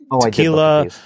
tequila